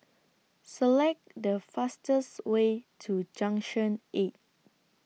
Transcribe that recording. Select The fastest Way to Junction eight